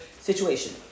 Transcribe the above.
situation